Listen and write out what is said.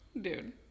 Dude